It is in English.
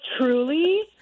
truly